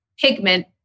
pigment